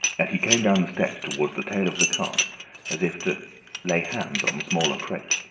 and he came down the steps towards the tail of the cart as if to lay hands on the smaller crate.